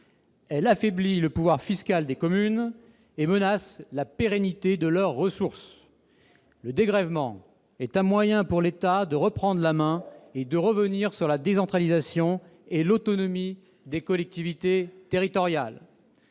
affaiblit le pouvoir fiscal des communes et menace la pérennité de leurs ressources. Le dégrèvement est un moyen pour l'État de reprendre la main et de revenir sur la décentralisation et l'autonomie des collectivités territoriales.